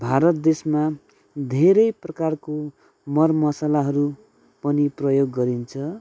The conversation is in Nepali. भारत देशमा धेरै प्रकारको मर मसलाहरू पनि प्रयोग गरिन्छ